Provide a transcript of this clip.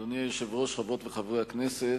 אדוני היושב-ראש, חברות וחברי הכנסת,